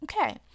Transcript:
Okay